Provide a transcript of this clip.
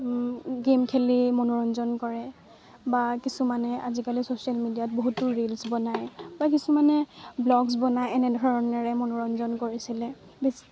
game খেলি মনোৰঞ্জন কৰে বা কিছুমানে আজিকালি ছ'চিয়েল মিডিয়াত বহুতো ৰিলচ বনায় বা কিছুমানে ব্লগছ বনাই এনেধৰণেৰে মনোৰঞ্জন কৰিছিলে